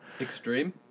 Extreme